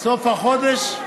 סוף החודש,